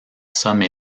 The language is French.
somme